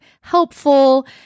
helpful